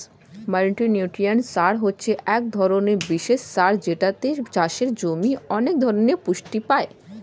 multinutrient সার হচ্ছে এক ধরণের বিশেষ সার যেটাতে চাষের জমি অনেক ধরণের পুষ্টি পায়